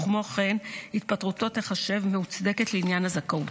כמו כן, התפטרותו תיחשב מוצדקת לעניין הזכאות